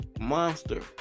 monster